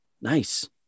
Nice